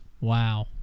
wow